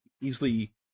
easily